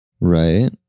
Right